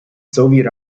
soviet